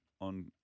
on